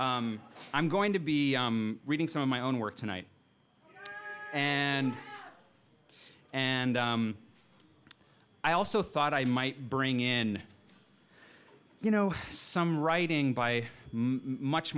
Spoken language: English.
you i'm going to be reading some of my own work tonight and and i also thought i might bring in you know some writing by much